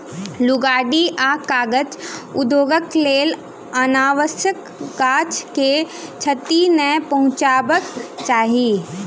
लुगदी आ कागज उद्योगक लेल अनावश्यक गाछ के क्षति नै पहुँचयबाक चाही